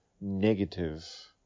negative